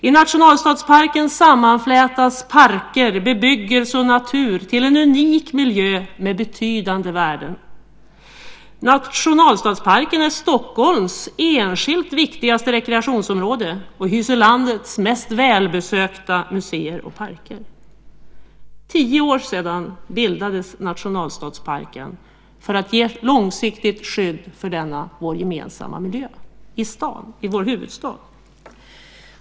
I nationalstadsparken sammanflätas parker, bebyggelse och natur till en unik miljö med betydande värden. Nationalstadsparken är Stockholms enskilt viktigaste rekreationsområde och hyser landets mest välbesökta museer och parker. För tio år sedan bildades nationalstadsparken för att ge ett långsiktigt skydd för denna vår gemensamma miljö i vår huvudstad.